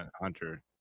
Hunter